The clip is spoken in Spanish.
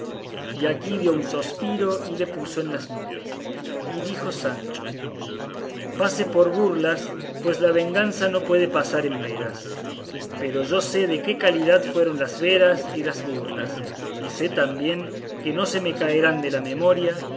y aquí dio un sospiro y le puso en las nubes y dijo sancho pase por burlas pues la venganza no puede pasar en veras pero yo sé de qué calidad fueron las veras y las burlas y sé también que no se me caerán de la memoria